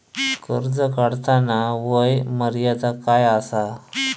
कर्ज काढताना वय मर्यादा काय आसा?